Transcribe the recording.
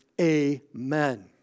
Amen